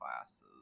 classes